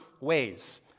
ways